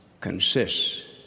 consists